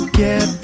get